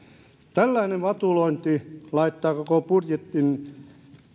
tällainen vatulointi laittaa koko budjetin